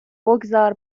بگذار